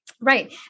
Right